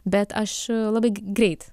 bet aš labai greit